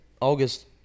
August